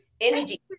Energy